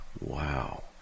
Wow